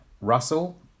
Russell